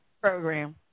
program